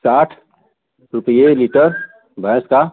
साठ रुपया लीटर भैंस का